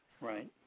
Right